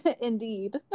indeed